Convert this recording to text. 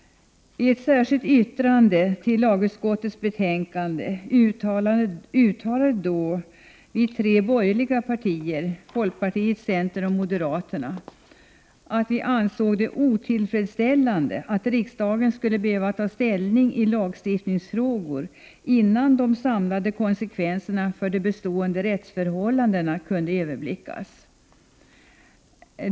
I ett särskilt yttrande till lagutskottets betänkande uttalade då de tre borgerliga partierna — folkpartiet, centern och moderaterna — att vi ansåg det otillfredsställande att riksdagen skulle behöva ta ställning i lagstiftningsfrågor, innan de samlade konsekvenserna för de bestående rättsförhållandena kunde överblickas.